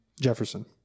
Jefferson